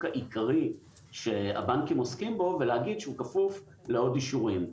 העיקרי שהבנקים עוסקים בו ולהגיד שהוא כפוף לעוד אישורים.